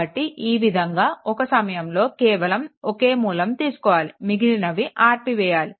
కాబట్టి ఈ విధంగా ఒక సమయంలో కేవలం ఒకే మూలం తీసుకోవాలి మిగిలినవి ఆపివేయాలి